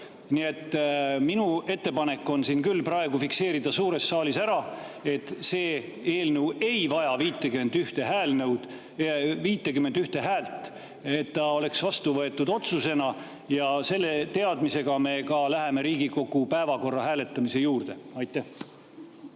Nii et minu ettepanek on küll praegu fikseerida suures saalis ära, et see eelnõu ei vaja 51 häält, selleks et ta oleks vastu võetud otsusena, ja selle teadmisega me siis läheme ka Riigikogu päevakorra hääletamise juurde. Aitäh,